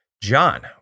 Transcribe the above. John